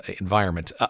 environment